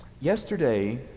Yesterday